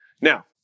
Now